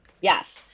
yes